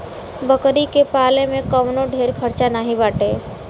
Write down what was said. बकरी के पाले में कवनो ढेर खर्चा नाही बाटे